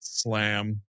Slam